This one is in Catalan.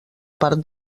part